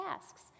tasks